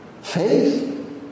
faith